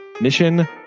mission